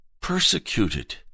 persecuted